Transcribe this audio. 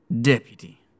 Deputy